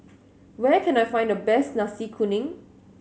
where can I find the best Nasi Kuning